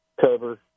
cover